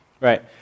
Right